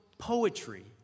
poetry